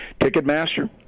Ticketmaster